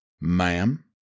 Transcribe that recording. Ma'am